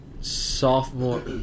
sophomore